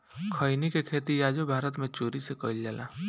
खईनी के खेती आजो भारत मे चोरी से कईल जाला